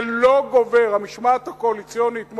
זה לא גובר, המשמעת הקואליציונית.